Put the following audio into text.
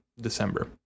December